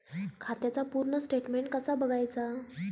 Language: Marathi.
खात्याचा पूर्ण स्टेटमेट कसा बगायचा?